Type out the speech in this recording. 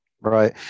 Right